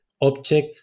objects